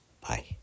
Bye